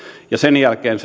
ja sen jälkeen